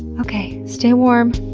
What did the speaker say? okay. stay warm.